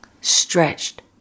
stretched